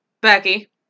Becky